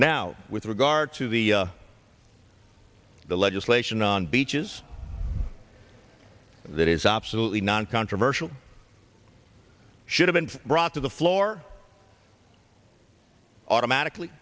now with regard to the the legislation on beaches that is absolutely non controversial should have been brought to the floor automatically